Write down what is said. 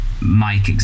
mike